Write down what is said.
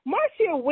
Marcia